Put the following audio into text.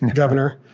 and governor,